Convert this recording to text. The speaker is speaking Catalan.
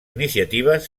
iniciatives